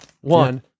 One